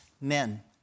men